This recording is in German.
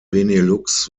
benelux